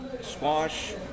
squash